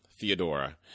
Theodora